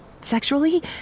sexually